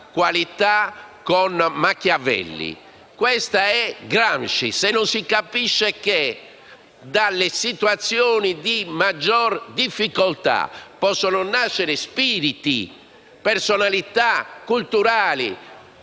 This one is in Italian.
Niccolò Machiavelli. Questo è Gramsci. Se non si capisce che dalle situazioni di maggiore difficoltà possono nascere spiriti, personalità culturali